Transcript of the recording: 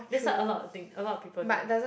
that's what a lot of thing a lot of people do